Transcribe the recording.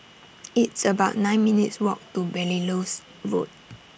It's about nine minutes' Walk to Belilios Road